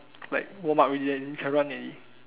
like warm up already then can run already